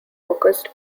focused